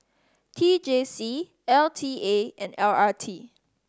T J C L T A and L R T